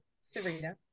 Serena